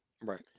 right